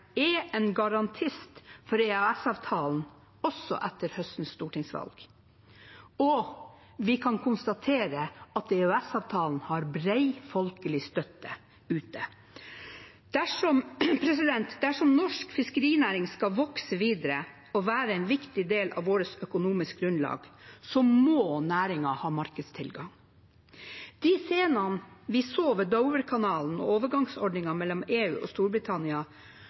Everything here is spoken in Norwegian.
er en garantist for EØS-avtalen også etter høstens stortingsvalg, og vi kan konstatere at EØS-avtalen har bred folkelig støtte. Dersom norsk fiskerinæring skal vokse videre og være en viktig del av vårt økonomiske grunnlag, må næringen ha markedstilgang. De scenene vi så ved Doverkanalen da overgangsordningen mellom EU og Storbritannia